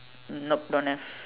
nope don't have